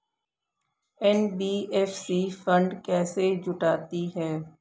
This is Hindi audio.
एन.बी.एफ.सी फंड कैसे जुटाती है?